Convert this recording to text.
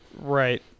Right